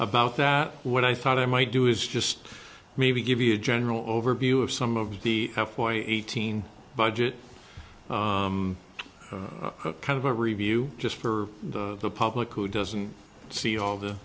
about that what i thought i might do is just maybe give you a general overview of some of the why eighteen budget kind of a review just for the public who doesn't see all the